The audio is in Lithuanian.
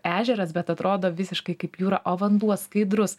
ežeras bet atrodo visiškai kaip jūra o vanduo skaidrus